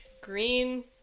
Green